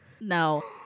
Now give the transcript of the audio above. No